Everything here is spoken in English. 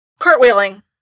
cartwheeling